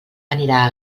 anirà